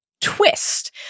twist